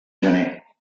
gener